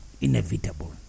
inevitable